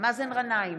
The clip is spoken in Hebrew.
מאזן גנאים,